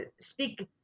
speak